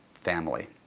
family